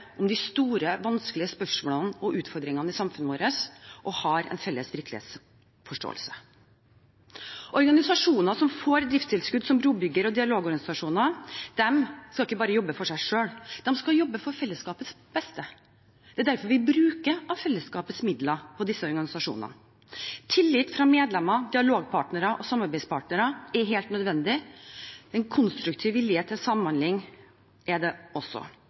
om de store, vanskelige spørsmålene og utfordringene i samfunnet vårt og har en felles virkelighetsforståelse. Organisasjoner som får driftstilskudd som brobygger- og dialogorganisasjon, skal ikke bare jobbe for seg selv, de skal jobbe for fellesskapets beste. Det er derfor vi bruker av fellesskapets midler på disse organisasjonene. Tillit fra medlemmer, dialogpartnere og samarbeidspartnere er helt nødvendig. En konstruktiv vilje til samhandling er det også, ikke bare overfor egne medlemmer, men også